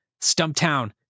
Stumptown